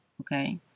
Okay